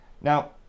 Now